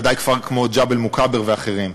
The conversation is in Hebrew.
ודאי כפר כמו ג'בל-מוכבר ואחרים.